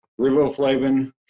riboflavin